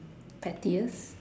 pettiest